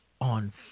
on